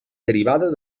derivada